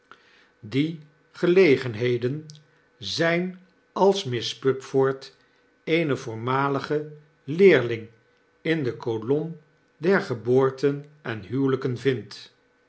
die gelegenheden zn als miss pupford eene voormalige leerling in de kolom der geboorten en huwelpen vindt